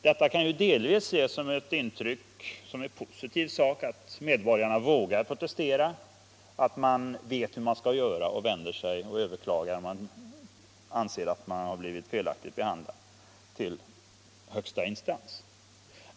Detta kan delvis ge ett positivt intryck, medborgarna vågar protestera — man vet vart man vänder sig när man skall överklaga i högre instans om man anser sig ha blivit felaktigt behandlad.